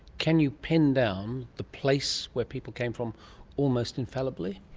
can you pin down the place where people came from almost infallibly?